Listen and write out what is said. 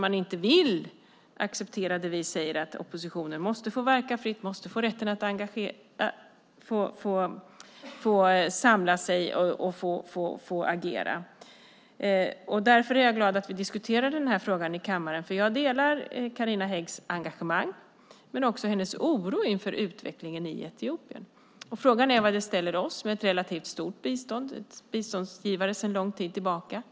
Man vill inte acceptera det vi säger om att oppositionen måste få verka fritt och få rätten att samla sig och agera. Därför är jag glad att vi diskuterar frågan i kammaren. Jag delar Carina Häggs engagemang men också hennes oro inför utvecklingen i Etiopien. Frågan är var det ställer oss, med ett relativt stort bistånd och som biståndsgivare sedan lång tid tillbaka.